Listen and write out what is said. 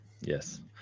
Yes